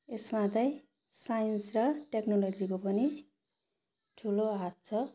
यसमा त साइन्स र टेक्नोलोजीको पनि ठुलो हात छ